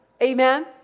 Amen